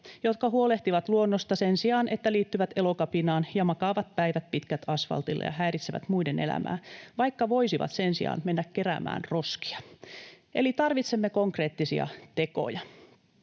jotka huolehtivat luonnosta sen sijaan, että liittyvät Elokapinaan ja makaavat päivät pitkät asvaltilla ja häiritsevät muiden elämää, vaikka voisivat sen sijaan mennä keräämään roskia. Eli tarvitsemme konkreettisia tekoja.